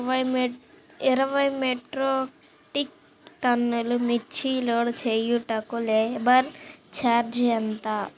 ఇరవై మెట్రిక్ టన్నులు మిర్చి లోడ్ చేయుటకు లేబర్ ఛార్జ్ ఎంత?